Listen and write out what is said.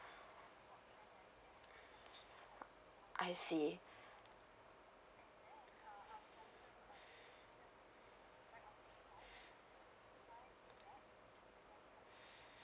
I see